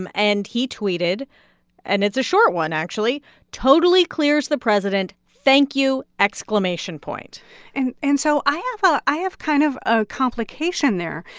um and he tweeted and it's a short one, actually totally clears the president. thank you. exclamation point and and so i have ah i have kind of a complication there,